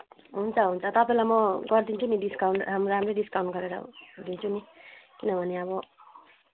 हुन्छ हुन्छ तपाईँलाई म गरिदिन्छु नि डिस्काउन्ट राम् राम्रै डिस्काउन्ट गरेर दिन्छु नि किनभने अब